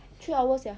three hours sia